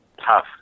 tough